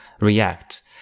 react